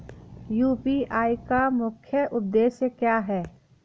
UPI का मुख्य उद्देश्य क्या है?